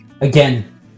Again